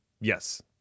Yes